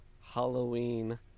Halloween